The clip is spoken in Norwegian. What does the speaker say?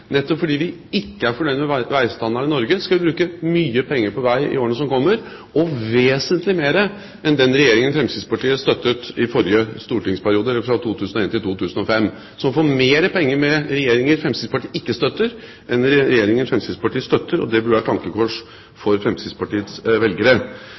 Nettopp fordi vi ikke er fornøyd med veistandarden i Norge, skal vi bruke mye penger på vei i årene som kommer, og vesentlig mer enn den regjeringen Fremskrittspartiet støttet i stortingsperioden 2001–2005, gjorde. Så man får mer penger med regjeringer Fremskrittspartiet ikke støtter, enn med regjeringer Fremskrittspartiet støtter, og det bør være et tankekors for Fremskrittspartiets velgere.